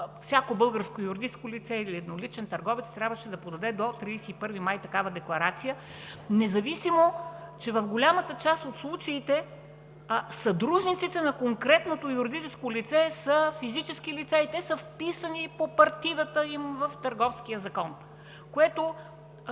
всяко българско юридическо лице или едноличен търговец трябваше да подаде до 31 май такава декларация, независимо че в голяма част от случаите съдружниците на конкретното юридическо лице са физически лица и те са вписани по партидата им в Търговския закон. Това